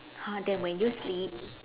!huh! then when you sleep